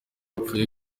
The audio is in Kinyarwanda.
yapfuye